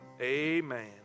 Amen